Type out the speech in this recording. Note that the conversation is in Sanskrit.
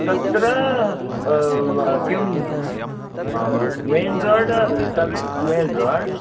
तत्र किं main road seventh main road